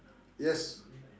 yes